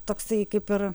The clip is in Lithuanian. toksai kaip ir